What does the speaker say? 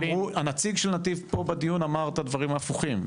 הנציג של נתיב פה בדיון אמר את הדברים הפוכים.